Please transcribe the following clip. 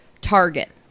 target